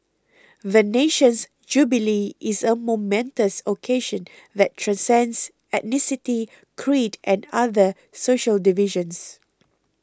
the nation's jubilee is a momentous occasion that transcends ethnicity creed and other social divisions